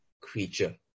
creature